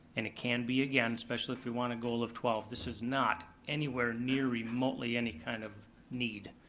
and it can be again, especially if we wanna goal of twelve, this is not anywhere near remotely any kind of need.